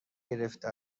گرفته